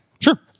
Sure